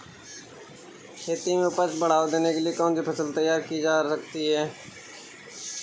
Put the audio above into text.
खेती में उपज को बढ़ावा देने के लिए कौन सी फसल तैयार की जा सकती है?